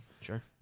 Sure